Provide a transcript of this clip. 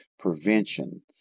Prevention